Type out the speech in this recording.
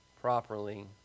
properly